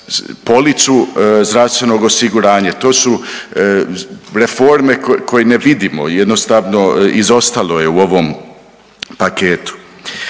policu zdravstvenog osiguranja. To su reforme koje ne vidimo, jednostavno izostalo je u ovom paketu.